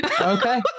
Okay